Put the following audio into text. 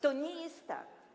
To nie jest tak.